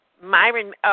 Myron